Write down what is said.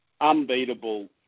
unbeatable